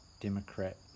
Democrat